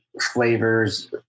flavors